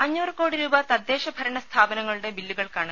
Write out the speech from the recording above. അഞ്ഞൂറ് കോടി രൂപ തദ്ദേശ ഭരണ സ്ഥാപനങ്ങളുടെ ബില്ലുകൾക്കാണ്